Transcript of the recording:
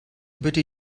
bitte